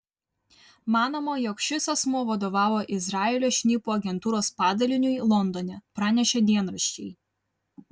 manoma jog šis asmuo vadovavo izraelio šnipų agentūros padaliniui londone pranešė dienraščiai